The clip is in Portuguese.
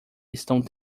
estão